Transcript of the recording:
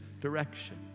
direction